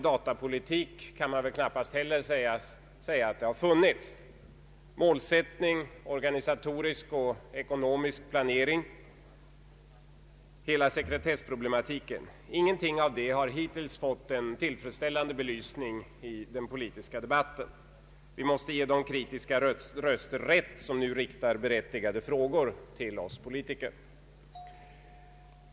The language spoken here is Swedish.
Man kan knappast säga att det har funnits någon organisatorisk och ekonomisk planering, hela sekretessproblematiken, inget av detta har hittills fått en tillfredsställande belysning i den politiska debatten. Där måste vi ge de kritiska röster rätt, som nu riktar berättigade frågor till oss politiker.